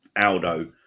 Aldo